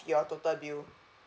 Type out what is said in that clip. your total bill